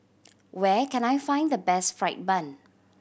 where can I find the best fried bun